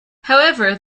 however